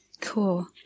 Cool